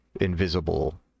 invisible